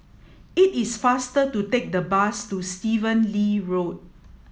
it is faster to take the bus to Stephen Lee Road